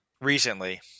Recently